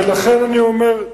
לכן אני אומר,